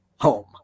home